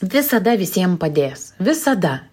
visada visiem padės visada